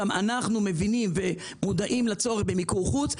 וגם אנחנו מבינים ומודעים לצורך במיקור חוץ,